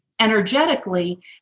energetically